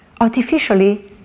artificially